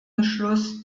beschluss